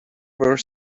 were